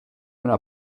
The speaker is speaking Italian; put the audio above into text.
una